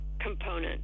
component